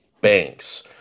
banks